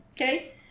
Okay